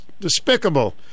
despicable